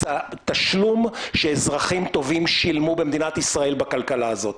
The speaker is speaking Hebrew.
התשלום שאזרחים טובים שילמו במדינת ישראל בכלכלה הזאת.